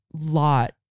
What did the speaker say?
lot